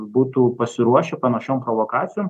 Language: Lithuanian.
būtų pasiruošę panašiom provokacijom